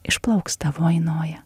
išplauks tavoji noja